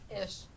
Ish